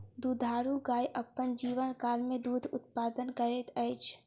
दुधारू गाय अपन जीवनकाल मे दूध उत्पादन करैत अछि